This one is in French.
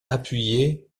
appuyer